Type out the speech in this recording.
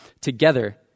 together